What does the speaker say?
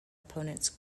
opponents